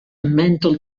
mantle